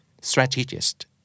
strategist